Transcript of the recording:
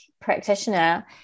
practitioner